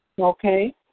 Okay